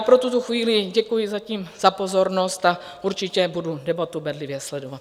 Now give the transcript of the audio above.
Pro tuto chvíli děkuji zatím za pozornost a určitě budu debatu bedlivě sledovat.